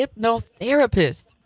hypnotherapist